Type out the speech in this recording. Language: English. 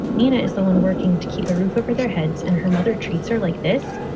mina is the one working to keep a roof over their heads, and her mother treats her like this.